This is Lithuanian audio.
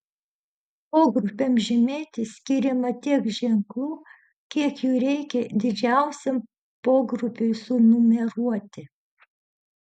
pogrupiams žymėti skiriama tiek ženklų kiek jų reikia didžiausiam pogrupiui sunumeruoti